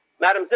Madam